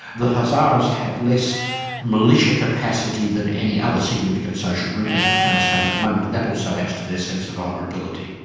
the hazaras have less militia capacity than any other significant social group in afghanistan at the moment and that also adds to their sense of vulnerability.